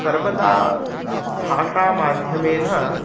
सर्वदा भाषामाध्यमेन